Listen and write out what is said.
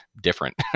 different